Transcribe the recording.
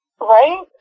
Right